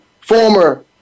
former